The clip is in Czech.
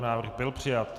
Návrh byl přijat.